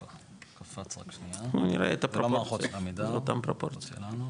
נראה את הפרופורציות, זה אותם פרופורציות.